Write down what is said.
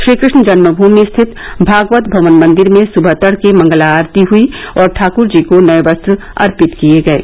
श्रीकृष्ण जन्ममूमि स्थित भागवत भवन मंदिर में सुबह तड़के मंगला आरती हुई और ठाक्रजी को नये वस्त्र अर्पित किये गये